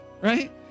right